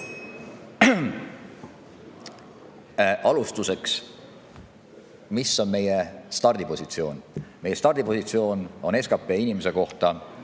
Alustuseks, mis on meie stardipositsioon? Meie stardipositsioon SKP puhul on